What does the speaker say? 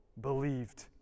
believed